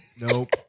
nope